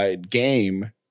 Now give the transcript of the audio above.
game